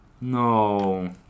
No